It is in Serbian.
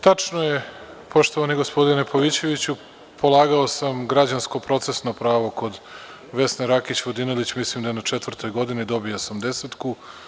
Tačno je poštovani gospodine Pavićeviću, polagao sam građansko-procesno pravo kod Vesne Rakić Vodinelić, mislim da je bilo na četvrtoj godini, dobio sam desetku.